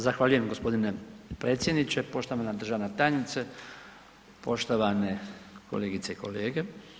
Zahvaljujem g. predsjedniče, poštovana državna tajnice, poštovane kolegice i kolege.